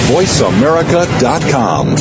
VoiceAmerica.com